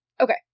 Okay